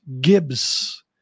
Gibbs